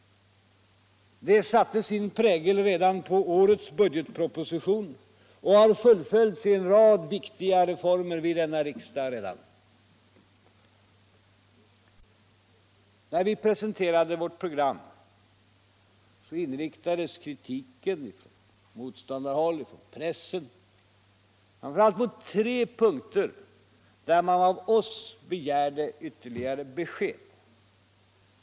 Det satte sir prägel redan på årets budgetproposition och har redan fullföljts i en rad viktiga reformer vid denna riksdag. När vi presenterade vårt program inriktades kritiken från motståndarhåll och från pressen framför allt på tre punkter, där man av oss begärde ytterligare besked.